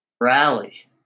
rally